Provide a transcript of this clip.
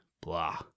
blah